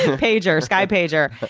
pager, sky pager.